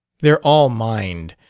they're all mind,